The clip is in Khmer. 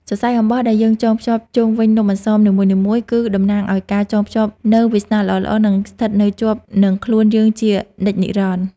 សរសៃអំបោះដែលយើងចងខ្ជាប់ជុំវិញនំអន្សមនីមួយៗគឺ តំណាងឱ្យការចងភ្ជាប់នូវវាសនាល្អៗឱ្យស្ថិតនៅជាប់នឹងខ្លួនយើងជានិច្ចនិរន្តរ៍។